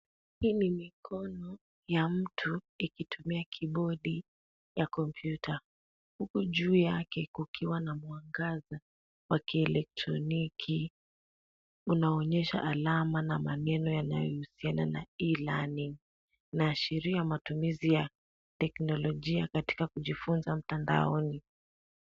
Hii ni mikono ya mtu ikitumia kibodi ya kompyuta huku juu yake kukiwa na mwangaza wa kielektroniki, unaonyesha alama na maneno yanayohusiana na e-learning . Inaashiria matumizi ya teknolojia katika kujifunza mtandaoni.